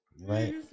Right